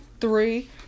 three